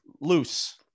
Loose